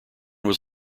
was